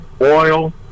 oil